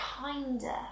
kinder